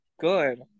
Good